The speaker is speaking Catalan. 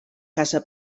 casa